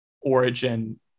origin